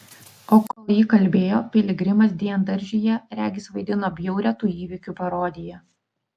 o kol ji kalbėjo piligrimas diendaržyje regis vaidino bjaurią tų įvykių parodiją